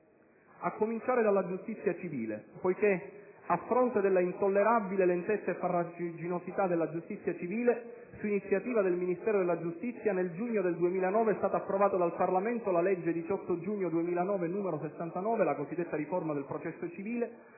a cominciare dalla giustizia civile. Infatti, a fronte della intollerabile lentezza e farraginosità della giustizia civile, su iniziativa del Ministero della giustizia, nel giugno del 2009 è stata approvata dal Parlamento la legge 18 giugno 2009, n. 69 (la cosiddetta riforma del processo civile),